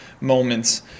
moments